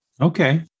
Okay